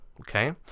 okay